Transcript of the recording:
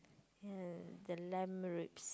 ya the lamb ribs